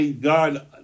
God